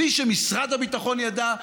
בלי שמשרד הביטחון ידע,